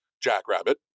Jackrabbit